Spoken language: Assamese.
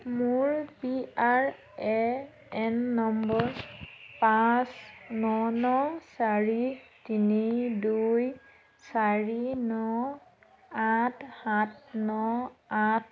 মোৰ P R A N number পাঁচ ন ন চাৰি তিনি দুই চাৰি ন আঠ সাত ন আঠ